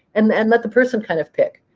and and let the person kind of pick.